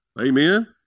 Amen